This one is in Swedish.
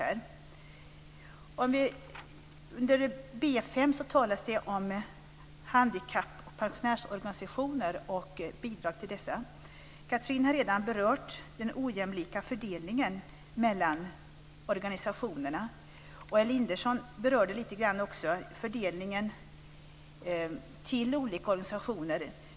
Under B5 talas det om handikapp och pensionärsorganisationer och bidrag till dessa. Catherine Persson har redan berört den ojämlika fördelningen mellan organisationerna. Lars Elinderson berörde lite fördelningen till olika organisationer.